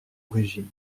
origine